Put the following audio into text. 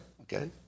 okay